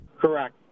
correct